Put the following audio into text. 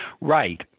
Right